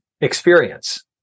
experience